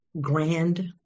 grand